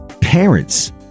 parents